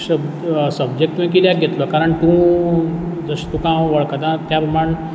subject तुवें कित्याक घेतलो कारण तूं तुका हांव वळखता त्या प्रमाण